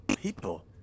people